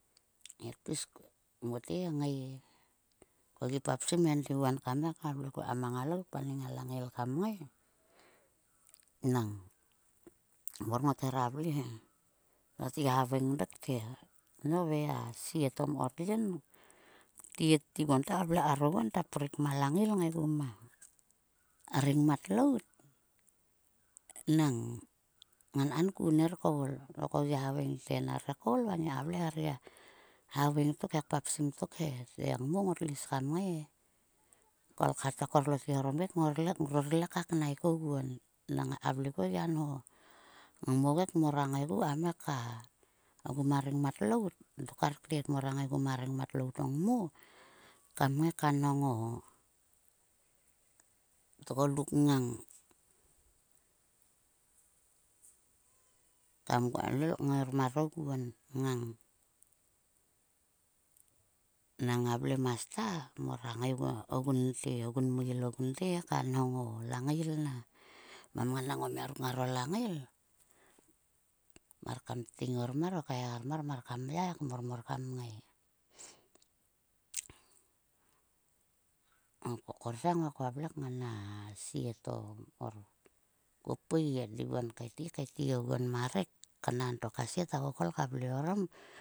He pis mote ngai, ko gi papsim endiguon kam ngai ka vle kuo ekam a ngalout kam paneng a langail kam ngai nang mor ngot hera vle he. Va tgi haveng dok te, nove a sie to mkor yin, ktet to te ka vle kar oguon tprik ma langail ngaigu ma rengmat lout. Nang ngankanku ner koul. Ko kogia haveng te nare koul va ngia le gia haveng tok he, papsim tokhe. Te ngmo ngotlo is kam ngai e. A kolkha to korlotge orom yek ngrorlek ngrorlek ka knaik oguon. Nang ngaka vle kuon gia nho. Ngmo yek ngora ngaigu kam ngai ka. Ogu ma rengmat lout. Dok kar ktet, mora ngaigu ma rengmat lout ngmo. Kam ngai ka nhong o tgoluk ngang. Kam lol ka ngai ngoguon ngang. Nang a vlemas ta mora ngaiguo, ngaigunte. Ogun meil, ogunte ka nhongo langgail na. Mamnganang o mia ruk ngaro langail. Mar kam tting ormar o kaiharmar kam ngai. Nang ko korsang he ngan a sie to mkor. Ko pui endiguon tkaet, tkaeti oguon ma rek. Knanto ka sie ta kokol ka vle orom.